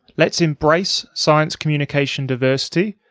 let's embrace science communication diversity.